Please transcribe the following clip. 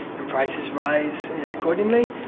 and prices rise accordingly.